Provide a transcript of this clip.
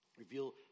Reveal